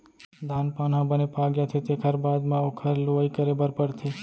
धान पान ह बने पाक जाथे तेखर बाद म ओखर लुवई करे बर परथे